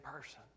person